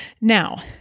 Now